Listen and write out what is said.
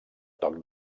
toc